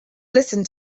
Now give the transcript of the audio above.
listen